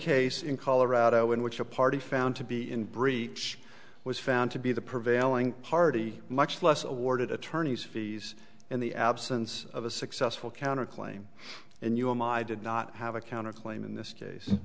case in colorado in which a party found to be in breach was found to be the prevailing party much less awarded attorney's fees in the absence of a successful counter claim and you and i did not have a counter claim in this case